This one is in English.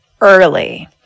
early